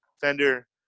Fender